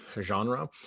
genre